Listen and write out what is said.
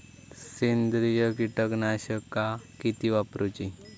सेंद्रिय कीटकनाशका किती वापरूची?